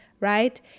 right